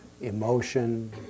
emotion